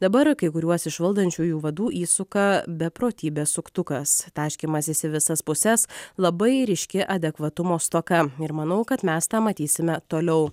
dabar kai kuriuos iš valdančiųjų vadų įsuka beprotybė suktukas taškymasis į visas puses labai ryški adekvatumo stoka ir manau kad mes tą matysime toliau